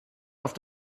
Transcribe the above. auf